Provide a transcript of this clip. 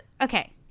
Okay